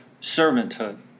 servanthood